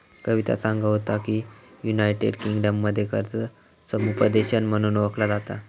कविता सांगा होता की, युनायटेड किंगडममध्ये कर्ज समुपदेशन म्हणून ओळखला जाता